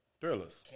thrillers